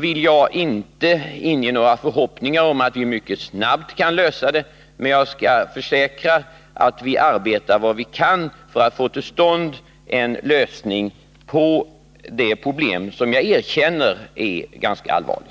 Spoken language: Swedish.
vill jag inte inge några förhoppningar om att vi mycket snabbt skall kunna lösa den, men jag försäkrar att vi arbetar så mycket vi kan för att få till stånd en lösning på det här problemet, som jag erkänner är ganska allvarligt.